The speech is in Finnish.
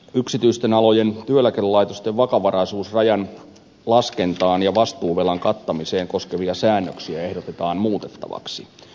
yksityisten alojen työeläkelaitosten vakavaraisuusrajan laskentaa ja vastuuvelan kattamista koskevia säännöksiä ehdotetaan muutettavaksi